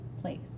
place